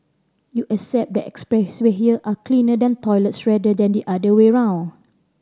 you accept that expressway here are cleaner than toilets rather than the other way around